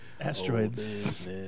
Asteroids